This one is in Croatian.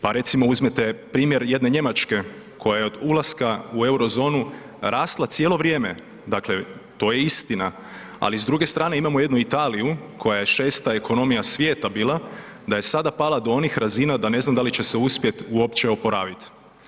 Pa recimo uzmete primjer jedne Njemačke koja je od ulaska u euro zonu rasla cijelo vrijeme, dakle to je istina, ali s druge strane imamo jednu Italiju koja je 6 ekonomija svijeta bila, da je sada pala do onih razina da ne zna da li će se uspjeti uopće oporaviti.